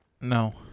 No